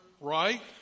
right